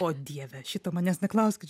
o dieve šito manęs neklauskit